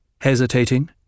Hesitating